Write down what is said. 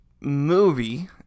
movie